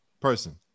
person